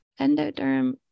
Endoderm